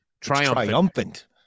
triumphant